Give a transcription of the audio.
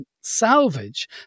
Salvage